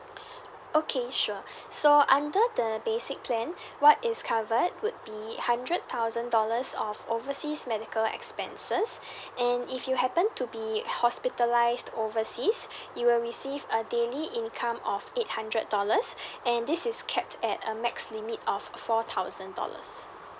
okay sure so under the basic plan what is covered would be hundred thousand dollars of overseas medical expenses and if you happen to be hospitalised overseas you will receive a daily income of eight hundred dollars and this is capped at a max limit of four thousand dollars